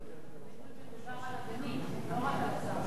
מדובר על הגנים, לא רק על הסייעות?